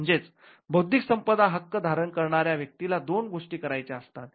म्हणजेच बौद्धिक संपदा हक्क धारण करणाऱ्या व्यक्तीला दोन गोष्टी करायच्या असतात